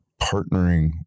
partnering